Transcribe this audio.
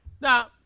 Now